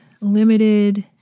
limited